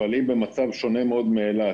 אבל היא במצב שונה מאוד מאילת.